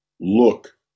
look